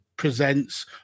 presents